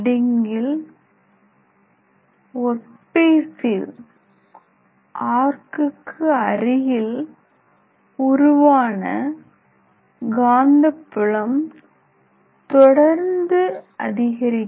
C welding work பீசில் ஆர்க்குக்கு அருகில் உருவான காந்தப்புலம் தொடர்ந்து அதிகரிக்கிறது